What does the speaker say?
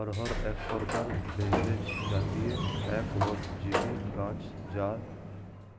অড়হর একপ্রকার ভেষজ জাতীয় একবর্ষজীবি গাছ যার